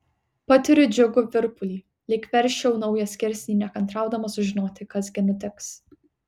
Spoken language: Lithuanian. patiriu džiugų virpulį lyg versčiau naują skirsnį nekantraudama sužinoti kas gi nutiks